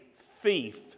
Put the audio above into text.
thief